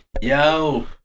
Yo